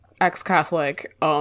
ex-Catholic